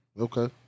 Okay